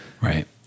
Right